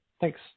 Thanks